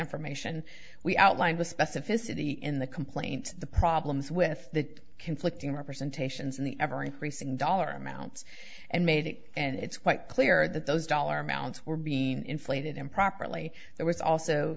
information we outlined with specificity in the complaint the problems with the conflicting representations and the ever increasing dollar amounts and made it and it's quite clear that those dollar amounts were being inflated improperly there was also